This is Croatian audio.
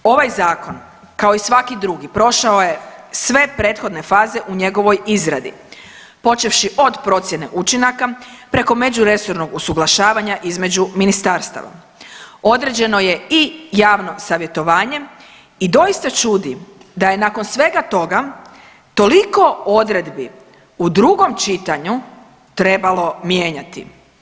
Ovaj zakon kao i svaki drugi prošao je sve prethodne faze u njegovoj izradi počevši od procjene učinaka preko međuresornog usuglašavanja između ministarstava, određeno je i javno savjetovanje i doista čudi da je nakon svega toga toliko odredbi u drugom čitanju trebalo mijenjati.